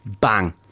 Bang